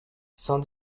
cent